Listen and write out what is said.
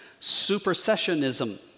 supersessionism